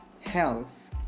health